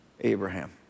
Abraham